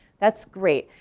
that's great.